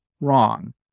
wrong